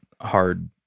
hard